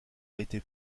été